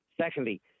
Secondly